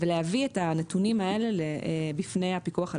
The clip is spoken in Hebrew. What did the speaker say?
ולהביא את הנתונים האלה בפני הפיקוח על